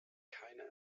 keine